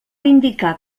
indicar